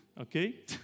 Okay